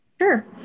Sure